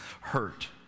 hurt